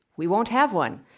we won't have one.